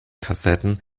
kassetten